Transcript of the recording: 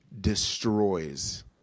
destroys